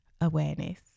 awareness